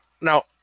Now